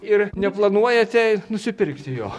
ir neplanuojate nusipirkti jo